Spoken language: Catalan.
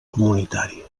comunitari